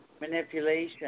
Manipulation